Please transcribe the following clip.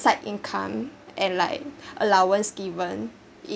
side income and like allowance given